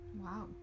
Wow